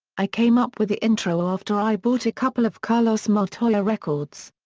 i came up with the intro after i bought a couple of carlos montoya records.